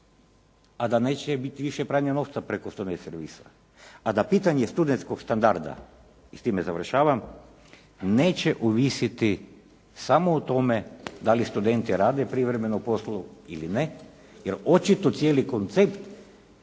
a da neće biti više pranja novca preko student servisa a da pitanje studentskog standarda i s time završavam neće ovisiti samo o tome da li studenti rade privremeno u poslu ili ne jer očito cijeli koncept